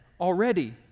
already